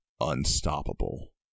unstoppable